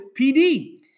PD